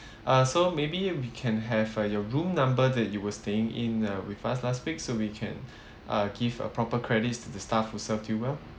uh so maybe we can have uh your room number that you were staying in uh with us last week so we can uh give a proper credits to the staff who served you well